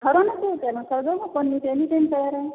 ठरव नं तू त्यानं तयार आहे